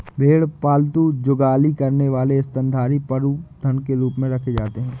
भेड़ पालतू जुगाली करने वाले स्तनधारी पशुधन के रूप में रखे जाते हैं